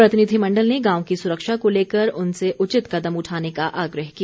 प्रतिनिधिमण्डल ने गांव की सुरक्षा को लेकर उनसे उचित कदम उठाने का आग्रह किया